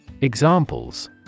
Examples